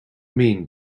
mean